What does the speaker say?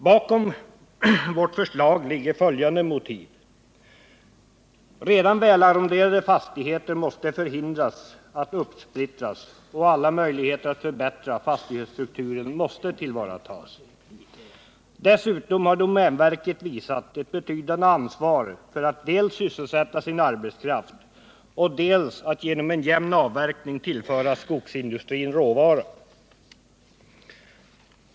Bakom vårt förslag ligger följande motiv. Redan väl arronderade fastigheter måste förhindras bli uppsplittrade, och alla möjligheter att förbättra fastighetsstrukturen måste tillvaratas. Dessutom har domänverket visat ett betydande ansvar för att dels sysselsätta sin arbetskraft, dels genom en jämn avverkning tillföra skogsindustrin råvara.